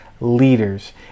Leaders